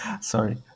sorry